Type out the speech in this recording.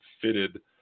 fitted